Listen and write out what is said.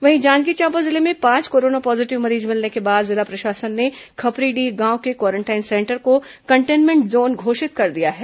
वहीं जांजगीर चांपा जिले में पांच कोरोना पॉजीटिव मरीज मिलने के बाद जिला प्रशासन ने खपरीडीह गांव के क्वारेंटाइन सेंटर को कंटेन्मेंट जोन घोषित कर दिया है